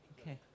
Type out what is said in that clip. Okay